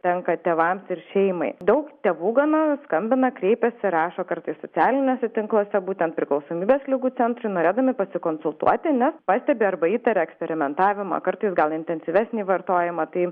tenka tėvams ir šeimai daug tėvų gana skambina kreipiasi rašo kartais socialiniuose tinkluose būtent priklausomybės ligų centrui norėdami pasikonsultuoti nes pastebi arba įtaria eksperimentavimą kartais gal intensyvesnį vartojimą tai